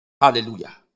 Hallelujah